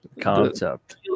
Concept